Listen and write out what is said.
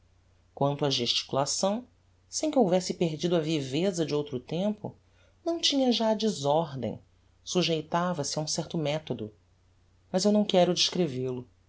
quanto á gesticulação sem que houvesse perdido a viveza de outro tempo não tinha já a desordem sujeitava se a um certo methodo mas eu não quero descrevel o